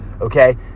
okay